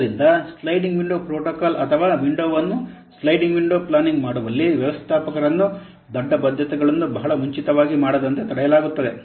ಆದ್ದರಿಂದ sliding window protocol ಅಥವಾ ವಿಂಡೋವನ್ನು ಸ್ಲೈಡಿಂಗ್ ವಿಂಡೋ ಪ್ಲಾನಿಂಗ್ ಮಾಡುವಲ್ಲಿ ವ್ಯವಸ್ಥಾಪಕರನ್ನು ದೊಡ್ಡ ಬದ್ಧತೆಗಳನ್ನು ಬಹಳ ಮುಂಚಿತವಾಗಿ ಮಾಡದಂತೆ ತಡೆಯಲಾಗುತ್ತದೆ